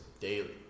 daily